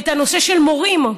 את הנושא של מורים.